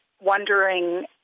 wondering